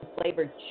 flavored